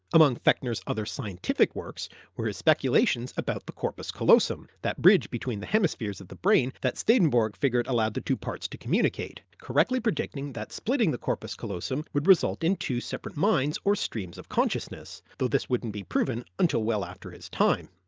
among fechner's other scientific works were his speculations about the corpus callosum, that bridge between the hemispheres of the brain that swedenborg figured allowed the two parts to communicate, correctly predicting that splitting the corpus callosum would result in two separate minds or streams of consciousness, though this wouldn't be proven until well after his time.